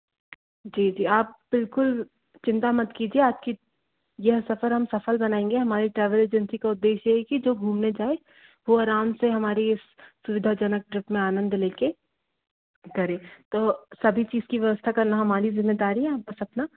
जी जी आप बिलकुल चिंता मत कीजिए आपकी यह सफर हम सफल बनाएंगे हमारे ट्रैवल एजेंसी का उद्देश्य ये है कि जो घूमने जाए वो आराम से हमारी सुविधाजनक ट्रिप में आनंद लेके करें तो सभी चीज की व्यवस्था करना हमारी जिम्मेदारी है आप बस अपना